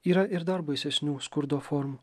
yra ir dar baisesnių skurdo formų